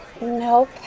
Nope